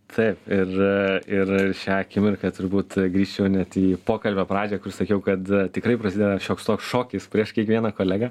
taip ir ir ir šią akimirką turbūt įgrįžčiau net į pokalbio pradžią kur sakiau kad tikrai prasideda šioks toks šokis prieš kiekvieną kolegą